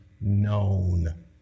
known